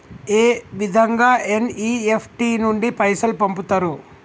ఏ విధంగా ఎన్.ఇ.ఎఫ్.టి నుండి పైసలు పంపుతరు?